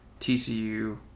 TCU